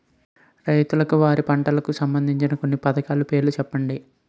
రైతులకు వారి పంటలకు సంబందించిన కొన్ని పథకాల పేర్లు చెప్పండి?